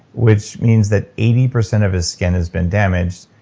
which means that eighty percent of his skin has been damaged.